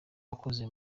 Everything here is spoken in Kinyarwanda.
wakoze